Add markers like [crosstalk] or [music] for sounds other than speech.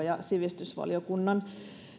[unintelligible] ja sivistysvaliokunnan